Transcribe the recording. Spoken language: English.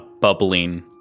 bubbling